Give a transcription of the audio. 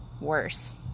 worse